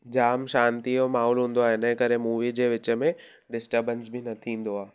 जामु शांति जो माहोल हूंदो आहे हिन जे करे मूवी जे विच में डिस्टबैंस बि न थींदो आहे